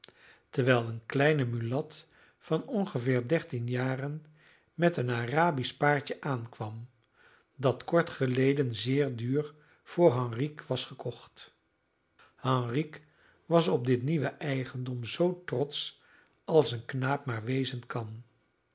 terwijl een kleine mulat van ongeveer dertien jaren met een arabisch paardje aankwam dat kort geleden zeer duur voor henrique was gekocht henrique was op dit nieuwe eigendom zoo trotsch als een knaap maar wezen kan